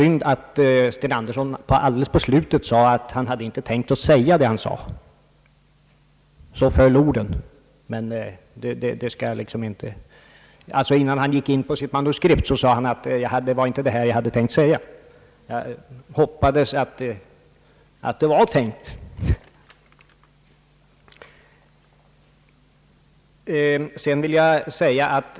Herr Sten Andersson sade, innan han gick in på sitt manuskript, att det var inte detta om ideologierna som han hade tänkt säga. Det var synd att orden föll så — jag hoppas i alla fall att vad han sade var hans mening.